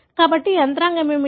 కాబట్టి ఈ యంత్రాంగం ఏమిటి